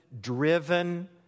driven